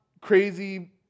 crazy